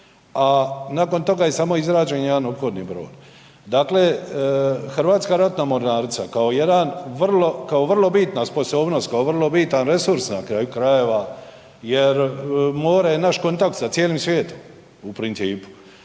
a nakon toga je izrađen samo jedan ophodni brod. Dakle, Hrvatska ratna mornarica kao jedan, kao vrlo bitna sposobnost, kao vrlo bitan resurs na kraju krajeva jer more je naš kontakt sa cijelim svijetom u principu,